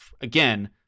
Again